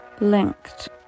linked